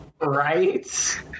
Right